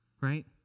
right